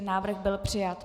Návrh byl přijat.